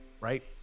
right